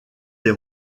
des